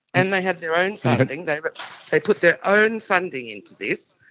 and they had their own funding, they but they put their own funding into this,